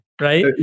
right